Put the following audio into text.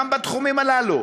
גם בתחומים הללו,